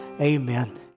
amen